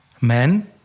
men